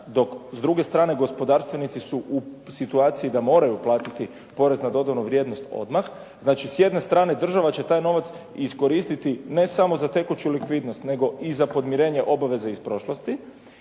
Dok s druge strane gospodarstvenici su u situaciji da moraju platiti porez na dodatnu vrijednost odmah. Znači s jedne strane država će taj novac iskoristiti ne samo za tekuću likvidnost, nego i za podmirenje obaveza iz prošlosti.